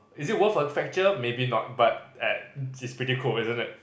is it worth a fracture maybe not but at it's pretty cool isn't it